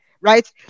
right